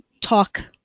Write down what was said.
talk